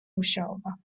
მუშაობა